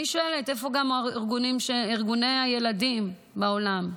אני שואלת: איפה ארגוני הילדים בעולם?